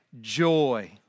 joy